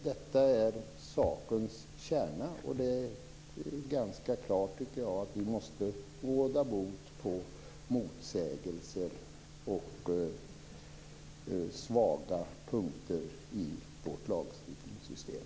Detta är sakens kärna, och jag tycker att det är ganska klart att vi måste råda bot på motsägelser och svaga punkter i vårt lagstiftningssystem.